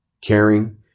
caring